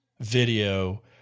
video